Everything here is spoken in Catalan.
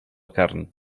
carn